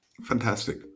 fantastic